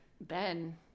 Ben